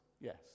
yes